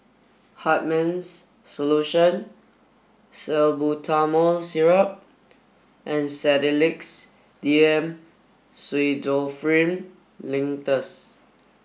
Hartman's Solution Salbutamol Syrup and Sedilix D M Pseudoephrine Linctus